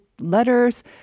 letters